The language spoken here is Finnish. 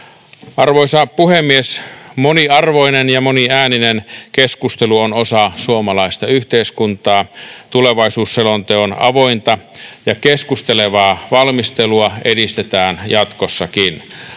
Arvoisa puhemies! Moniarvoinen ja moniääninen keskustelu on osa suomalaista yhteiskuntaa. Tulevaisuusselonteon avointa ja keskustelevaa valmistelua edistetään jatkossakin.